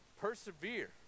Persevere